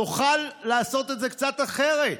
ותוכל לעשות את זה קצת אחרת.